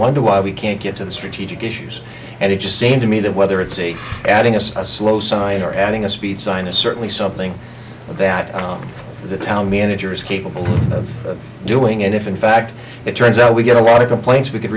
wonder why we can't get to the strategic issues and it just seems to me that whether it's a adding us a slow sign or adding a speed sign is certainly something that the town manager is capable of doing and if in fact it turns out we get a lot of complaints we could